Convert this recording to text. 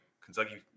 Kentucky